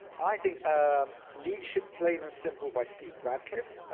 i think leadership plain and simple by steve radcliffe.